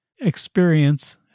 experience